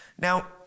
Now